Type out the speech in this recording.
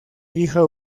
hija